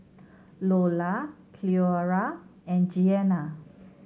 Loula Cleora and Jeana